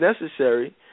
necessary